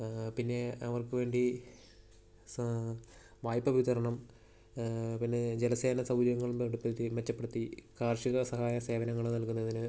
പിന്നെ അവർക്കു വേണ്ടി സ വായ്പ വിതരണം പിന്നെ ജലസേചന സൗകര്യങ്ങൾ നേട്ടപ്പെടുത്തി മെച്ചപ്പെടുത്തി കാർഷിക സഹായ സേവനങ്ങൾ നൽകുന്നതിന്